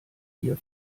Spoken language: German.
ihr